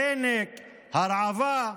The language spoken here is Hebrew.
חנק, הרעבה,